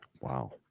Wow